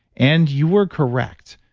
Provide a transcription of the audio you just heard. and you are correct,